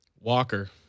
Walker